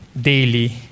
daily